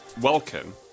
Welcome